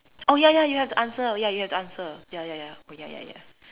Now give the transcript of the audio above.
oh ya ya you have to answer oh ya you have to answer ya ya ya oh ya ya ya